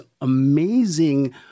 amazing